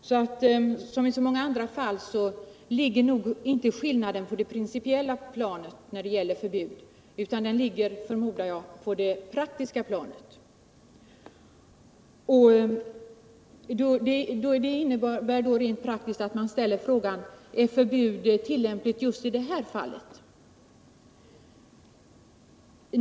Som i så många fall ligger nog inte skillnaden på det principiella planet när det gäller förbud, utan på det praktiska. Det innebär rent praktiskt att man ställer frågan: Är förbud tillämpligt just i det här fallet?